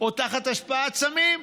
או תחת השפעת סמים.